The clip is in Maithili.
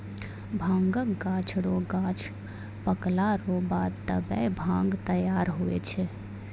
भांगक गाछ रो गांछ पकला रो बाद तबै भांग तैयार हुवै छै